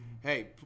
hey